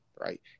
right